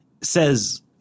says